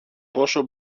πόσο